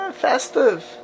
Festive